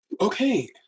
okay